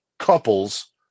couples